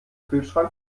kühlschrank